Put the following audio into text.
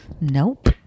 Nope